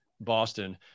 Boston